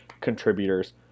contributors